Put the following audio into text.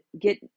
get